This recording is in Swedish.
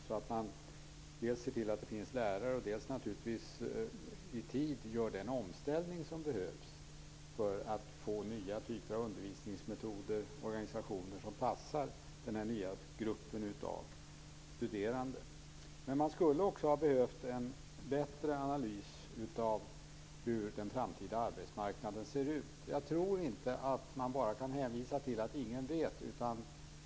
Man borde dels sett till att det finns lärare, dels i tid gjort den omställning som behövs för att få nya typer av undervisningsmetoder och organisationer som passar den här nya gruppen av studerande. Man skulle också ha behövt en bättre analys av hur den framtida arbetsmarknaden ser ut. Jag tror inte att man bara kan hänvisa till att ingen vet.